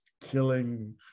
killing